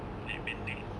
like mentally